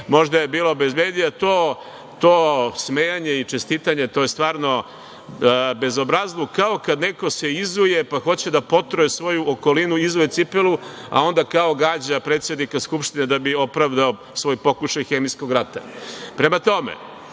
Možda je bila bez medija. To smejanje i čestitanje to je stvarno bezobrazluk, kao kada neko se izuje pa hoće pa potruje svoju okolinu i izuje cipelu, a onda kao gađa predsednika Skupštine da bi opravdao svoj pokušaj hemijskog rata. Prema tome,